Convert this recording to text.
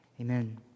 Amen